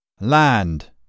Land